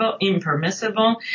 impermissible